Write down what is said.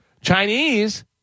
chinese